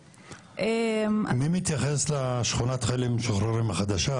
מי מתייחס לשכונת חיילים משוחררים החדשה,